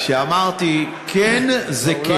כשאמרתי כן, זה כן.